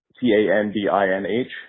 T-A-N-D-I-N-H